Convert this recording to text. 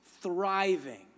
thriving